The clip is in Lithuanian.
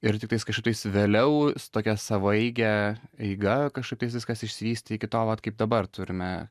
ir tiktais kažkaip tais vėliau su tokia savaeige eiga kažkaip tais viskas išsivystė iki to vat kaip dabar turime